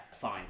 fine